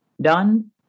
done